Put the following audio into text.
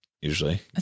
usually